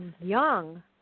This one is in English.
young